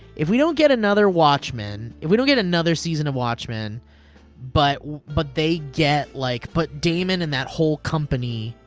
if we don't get another watchmen, if we don't get another season of watchmen but but they get, like, but damon and that whole company,